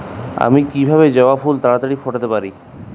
আমি কিভাবে জবা ফুল তাড়াতাড়ি ফোটাতে পারি?